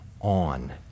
On